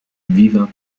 viva